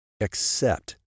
Accept